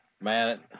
Man